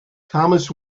thomas